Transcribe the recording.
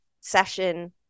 session